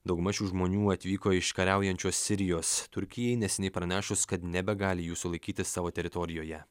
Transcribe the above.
dauguma šių žmonių atvyko iš kariaujančios sirijos turkijai neseniai pranešus kad nebegali jų sulaikyti savo teritorijoje